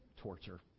torture